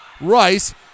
Rice